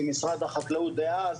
משרד החקלאות דאז,